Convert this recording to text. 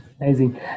amazing